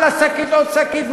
על השקית עוד שקית,